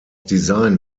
design